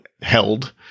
held